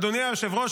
אדוני היושב-ראש,